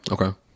Okay